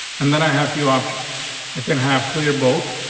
and then i have few options i can have clear both.